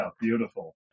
Beautiful